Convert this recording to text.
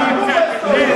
יש